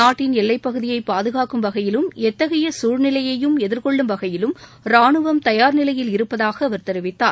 நாட்டின் எல்லைப்பகுதியை பாதுகாக்கும் வகையிலும் எத்தகைய சூழ்நிலையையும் எதிர்கொள்ளும் வகையிலும் ரானுவம் தயார்நிலையில் இருப்பதாக அவர் தெரிவித்தார்